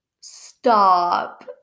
stop